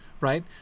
right